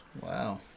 Wow